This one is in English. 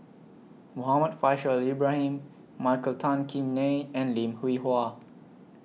Muhammad Faishal Ibrahim Michael Tan Kim Nei and Lim Hwee Hua